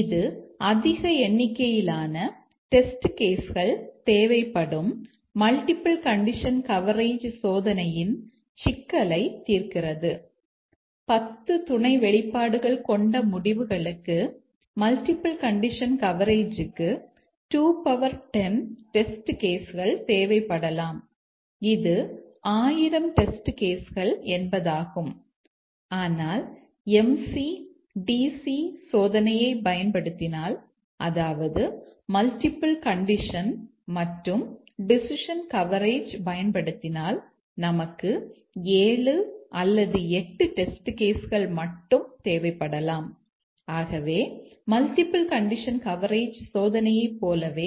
இது அதிக எண்ணிக்கையிலான டெஸ்ட் கேஸ் கள் மட்டும் தேவைப்படலாம் ஆகவே மல்டிபிள் கண்டிஷன் கவரேஜ் சோதனையைப் போலவே